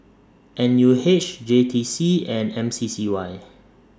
N U H J T C and M C C Y